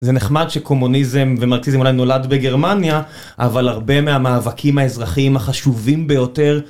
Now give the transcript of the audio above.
זה נחמד שקומוניזם ומרקסיזם אולי נולד בגרמניה, אבל הרבה מהמאבקים האזרחיים החשובים ביותר